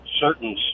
certain